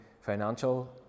financial